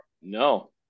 No